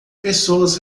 pessoas